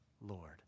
Lord